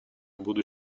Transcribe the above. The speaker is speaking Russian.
будут